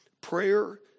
Prayer